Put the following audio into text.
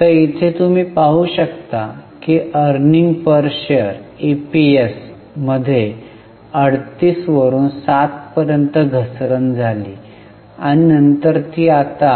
तर इथे तुम्ही पाहू शकता की Earning Per Share इपीएस मध्ये 38 वरून 7 पर्यंत घसरण झाली आणि नंतर ती आता